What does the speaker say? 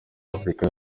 afurika